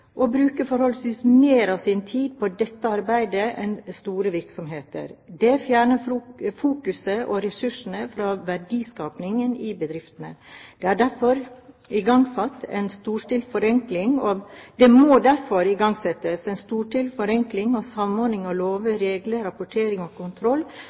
og de bruker forholdsvis mer av sin tid på dette arbeidet enn store virksomheter. Det fjerner fokuset og ressursene fra verdiskapingen i bedriftene. Det må derfor igangsettes en storstilt forenkling og samordning av lover, regler, rapportering og kontroll, tilpasset hverdagen til gründere og